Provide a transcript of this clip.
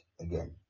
again